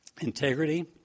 Integrity